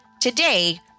Today